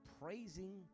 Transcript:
praising